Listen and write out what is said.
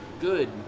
good